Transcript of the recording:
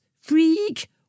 freak